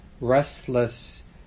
restless